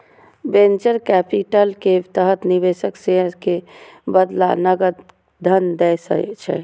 venture capital के तहत निवेशक शेयर के बदला नकद धन दै छै